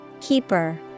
Keeper